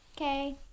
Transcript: Okay